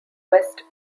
west